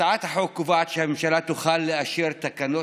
הצעת החוק קובעת שהממשלה תוכל לאשר תקנות